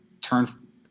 turn